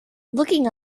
looking